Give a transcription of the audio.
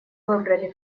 выбрали